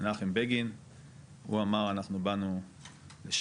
מנחם בגין והוא אמר אנחנו באנו לשרת